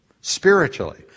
spiritually